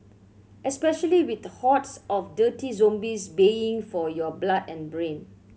especially with hordes of dirty zombies baying for your blood and brain